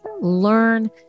learn